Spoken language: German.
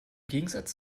gegensatz